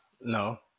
No